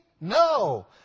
No